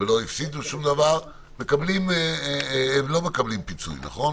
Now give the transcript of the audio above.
והם לא הפסידו שום דבר, הם לא מקבלים פיצוי, נכון?